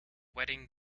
wedding